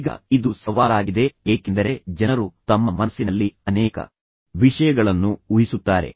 ಈಗ ಇದು ಸವಾಲಾಗಿದೆ ಏಕೆಂದರೆ ಜನರು ತಮ್ಮ ಮನಸ್ಸಿನಲ್ಲಿ ಅನೇಕ ವಿಷಯಗಳನ್ನು ಊಹಿಸುತ್ತಾರೆ